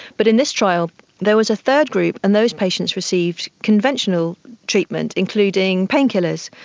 but in this trial there was a third group and those patients received conventional treatment, including painkillers.